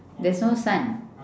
there's no sun